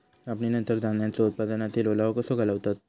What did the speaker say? कापणीनंतर धान्यांचो उत्पादनातील ओलावो कसो घालवतत?